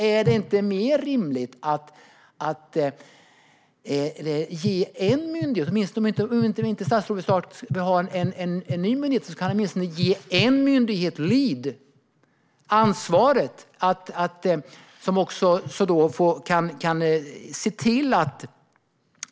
Om statsrådet inte vill ha en ny myndighet kunde han åtminstone ge en myndighet huvudansvaret - vore inte det mer rimligt?